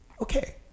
okay